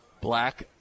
Black